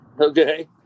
Okay